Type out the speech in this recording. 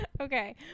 Okay